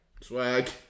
Swag